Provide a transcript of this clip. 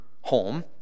home